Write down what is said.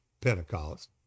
Pentecost